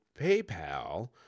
PayPal